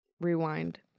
rewind